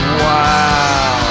wow